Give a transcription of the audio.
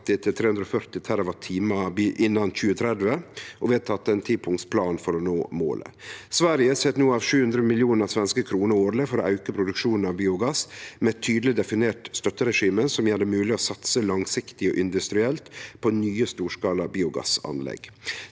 til 340 TWh innan 2030 og har vedteke ein tipunkts plan for å nå målet. Sverige set no av 700 mill. svenske kroner årleg for å auke produksjonen av biogass, med eit tydeleg definert støtteregime som gjer det mogleg å satse langsiktig og industrielt på nye storskala biogassanlegg.